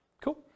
Cool